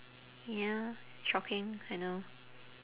ya shocking I know